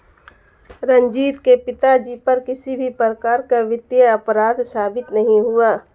रंजीत के पिताजी पर किसी भी प्रकार का वित्तीय अपराध साबित नहीं हुआ